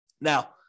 Now